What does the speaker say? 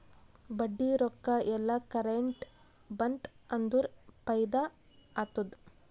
ಬಡ್ಡಿ ರೊಕ್ಕಾ ಎಲ್ಲಾ ಕರೆಕ್ಟ್ ಬಂತ್ ಅಂದುರ್ ಫೈದಾ ಆತ್ತುದ್